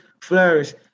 flourish